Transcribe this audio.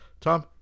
Tom